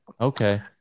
Okay